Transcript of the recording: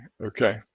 Okay